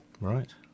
Right